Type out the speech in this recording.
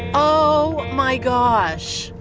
oh my gosh.